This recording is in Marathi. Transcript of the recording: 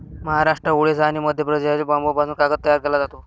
महाराष्ट्र, ओडिशा आणि मध्य प्रदेशातील बांबूपासून कागद तयार केला जातो